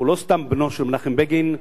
הוא לא סתם בנו של מנחם בגין,